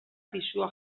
pisua